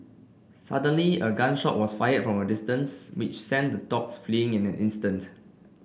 suddenly a gun shot was fired from a distance which sent the dogs fleeing in an instant